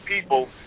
people